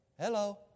Hello